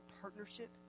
partnership